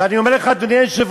ואני אומר לך, אדוני היושב-ראש,